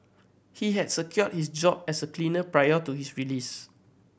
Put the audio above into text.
he had secured his job as a cleaner prior to his release